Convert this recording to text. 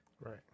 Right